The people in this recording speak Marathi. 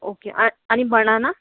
ओके आ आणि बनाना